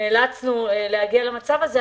שנאלצנו להגיע למצב הזה,